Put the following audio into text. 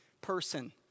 person